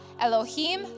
elohim